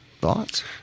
Thoughts